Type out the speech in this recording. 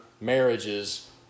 marriages